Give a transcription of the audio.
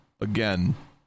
again